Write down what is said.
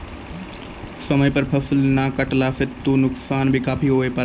समय पर फसल नाय कटला सॅ त नुकसान भी काफी हुए पारै